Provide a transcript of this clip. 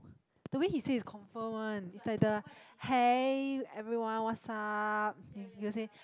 the way he say is confirm one is like the hey everyone what's up he will say